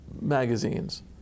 magazines